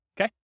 okay